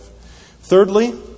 Thirdly